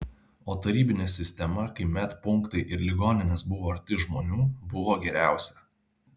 o tarybinė sistema kai medpunktai ir ligoninės buvo arti žmonių buvo geriausia